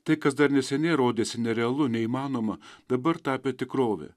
tai kas dar neseniai rodėsi nerealu neįmanoma dabar tapę tikrove